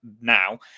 now